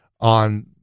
on